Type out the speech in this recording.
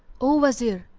o wazir,